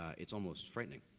it's almost frightening.